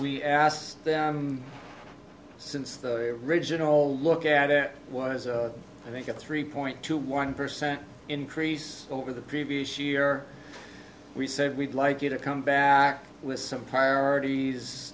we asked them since the original look at it was i think a three point two one percent increase over the previous year we said we'd like you to come back with some prior